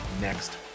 next